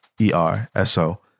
E-R-S-O